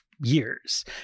Years